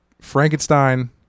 Frankenstein